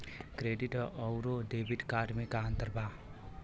Credit अउरो debit card मे का अन्तर बा?